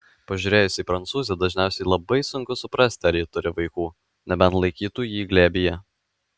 pažiūrėjus į prancūzę dažniausiai labai sunku suprasti ar ji turi vaikų nebent laikytų jį glėbyje